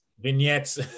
Vignettes